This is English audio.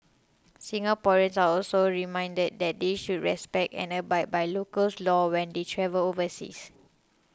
Singaporeans are also reminded that they should respect and abide by local's laws when they travel overseas